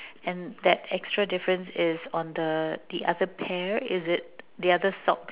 and that actual difference is on the the other pair is it the other socks